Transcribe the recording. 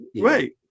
right